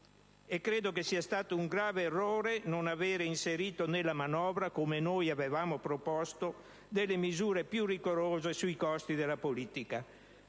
Penso che sia stato un grave errore non aver inserito nella manovra, come noi avevamo proposto, delle misure più rigorose sui costi della politica,